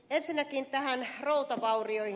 ensinnäkin näihin routavaurioihin